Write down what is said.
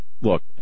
look